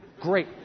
Great